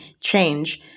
change